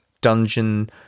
dungeon